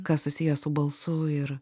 kas susiję su balsu ir